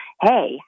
Hey